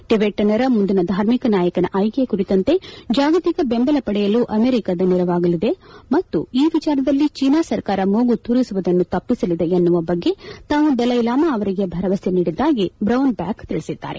ಟಿಬೆಟ್ನರ ಮುಂದಿನ ಧಾರ್ಮಿಕ ನಾಯಕನ ಆಯ್ಕೆ ಕುರಿತಂತೆ ಜಾಗತಿಕ ಬೆಂಬಲ ಪಡೆಯಲು ಅಮೆರಿಕದ ನೆರವಾಗಲಿದೆ ಮತ್ತು ಈ ವಿಚಾರದಲ್ಲಿ ಚೀನಾ ಸರ್ಕಾರ ಮೂಗು ತೂರಿಸುವುದನ್ನು ತಪ್ಪಿಸಲಿದೆ ಎನ್ನುವ ಬಗ್ಗೆ ತಾವು ದಲೈಲಾಮಾ ಅವರಿಗೆ ಭರವಸೆ ನೀಡಿದ್ದಾಗಿ ಬ್ರೌನ್ಬ್ಯಾಕ್ ತಿಳಿಸಿದ್ದಾರೆ